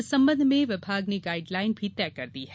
इस संबंध में विभाग ने गाइड लाइन भी तय कर दी है